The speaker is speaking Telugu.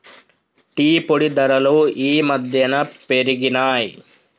టీ పొడి ధరలు ఈ మధ్యన పెరిగినయ్